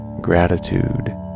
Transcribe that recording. gratitude